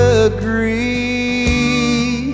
agree